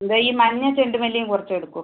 ഇതാ ഈ മഞ്ഞ ചെണ്ടുമല്ലിയും കുറച്ച് എടുക്കൂ